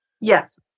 Yes